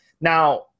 Now